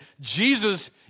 Jesus